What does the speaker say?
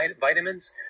vitamins